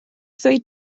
ddweud